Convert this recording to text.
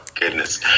goodness